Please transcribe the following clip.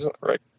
right